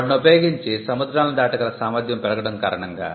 వాటిని ఉపయోగించి సముద్రాలను దాటగల సామర్థ్యం పెరగడం కారణంగా